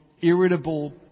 Irritable